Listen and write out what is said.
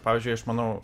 pavyzdžiui aš manau